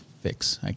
Fix